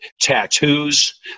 tattoos